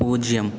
பூஜ்ஜியம்